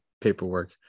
paperwork